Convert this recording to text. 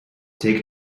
take